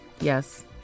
Yes